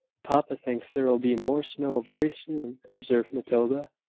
papa thinks there will be more snow very soon, observed matilda.